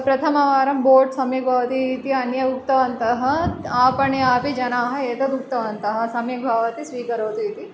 प्रथमवारं बोट् सम्यक् भवतीति अन्ये उक्तवन्तः आपणे अपि जनाः एतद् उक्तवन्तः सम्यक् भवति स्वीकरोतु इति